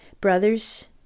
brothers